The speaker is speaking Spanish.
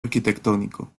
arquitectónico